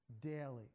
daily